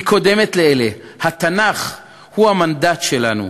היא קודמת לאלה, התנ"ך הוא המנדט שלנו.